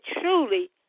truly